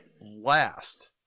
last